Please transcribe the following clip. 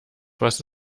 was